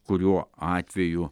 kuriuo atveju